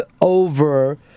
over